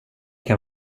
kan